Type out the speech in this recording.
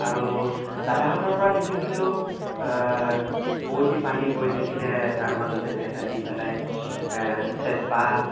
আৰু দাদাহঁতৰ পৰা শিকিছিলোঁ বোঁৱতী পানী গৈ থাকিলে তাৰ মাজতে ভেঁটা দি পেলাই চেপা